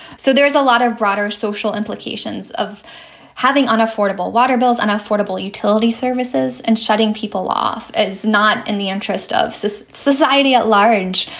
so there's a lot of broader social implications of having unaffordable water bills and affordable utility services and shutting people off. it's not in the interest of this society at large.